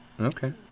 okay